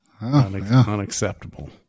Unacceptable